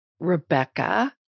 Rebecca